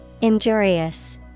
Injurious